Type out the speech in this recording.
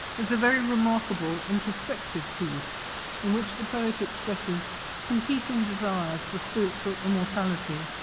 it's a very remarkable, introspective piece in which the poet expresses competing desires for spiritual immortality,